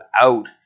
out